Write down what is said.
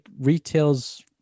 retails